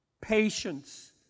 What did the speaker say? patience